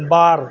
ᱵᱟᱨ